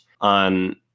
On